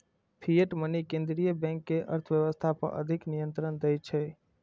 fiat money केंद्रीय bank कें अर्थव्यवस्था पर अधिक नियंत्रण दै छै